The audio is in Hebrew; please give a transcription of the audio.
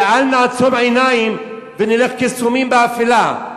ואל נעצום עיניים ונלך כסומים באפלה.